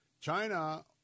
China